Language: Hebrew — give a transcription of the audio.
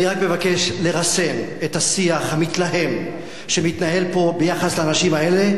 אני רק מבקש לרסן את השיח המתלהם שמתנהל פה ביחס לאנשים האלה.